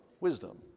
wisdom